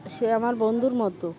সে আমার বন্ধুর মতো